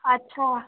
अच्छा